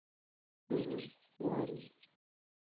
ᱦᱮᱸ ᱡᱚᱦᱟᱨ ᱜᱮ